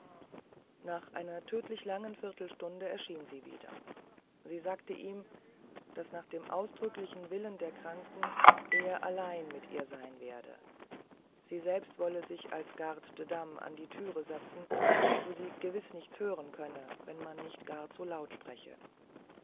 nach einer tödlich langen viertelstunde erschien sie wieder sie sagte ihm daß nach dem ausdrücklichen willen der kranken er allein mit ihr sein werde sie selbst wolle sich als garde de dame an die türe setzen wo sie gewiß nichts hören könne wenn man nicht gar zu laut spreche